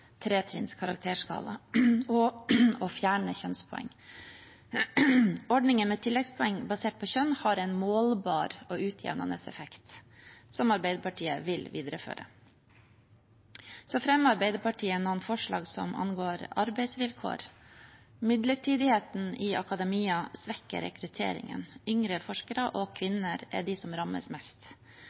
tretrinns karakterskala og å fjerne kjønnspoeng. Ordningen med tilleggspoeng basert på kjønn har en målbar og utjevnende effekt som Arbeiderpartiet vil videreføre. Så fremmer Arbeiderpartiet noen forslag som angår arbeidsvilkår. Midlertidigheten i akademia svekker rekrutteringen. Yngre forskere og kvinner er de som rammes mest.